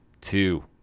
two